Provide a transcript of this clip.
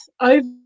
over